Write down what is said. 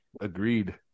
Agreed